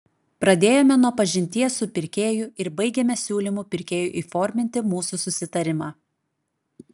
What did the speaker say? pradėjome nuo pažinties su pirkėju ir baigėme siūlymu pirkėjui įforminti mūsų susitarimą